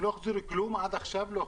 הם לא החזירו כלום עד עכשיו?